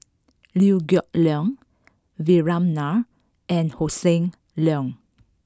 Liew Geok Leong Vikram Nair and Hossan Leong